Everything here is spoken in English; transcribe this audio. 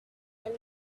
and